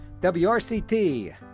WRCT